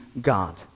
God